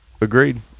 agreed